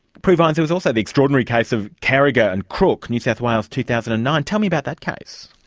prue vines, there was also the extraordinary case of carriger and and crook, new south wales, two thousand and nine. tell me about that case.